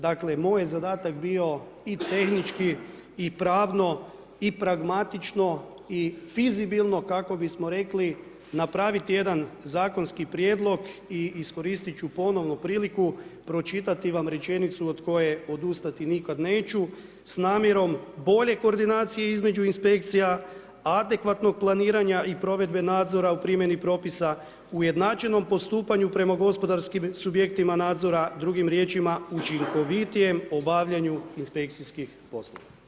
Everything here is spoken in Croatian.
Dakle, moj je zadatak bio i tehnički i pravno i pragmatično i fizibilno kako bismo rekli napraviti jedan zakonski prijedlog i iskoristiti ću ponovno priliku pročitati vam rečenicu od koje odustati nikad neću s namjerom bolje koordinacije između inspekcija, adekvatnog planiranja i provedbe nadzora u primjeni propisa, ujednačenom postupanju prema gospodarskim subjektima nadzora, drugim riječima učinkovitijem obavljanju inspekcijskih poslova.